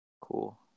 Cool